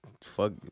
fuck